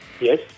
yes